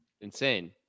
Insane